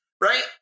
right